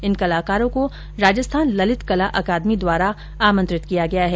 इन कलाकारों को राजस्थान ललित कला अकादमी द्वारा आमंत्रित किया गया है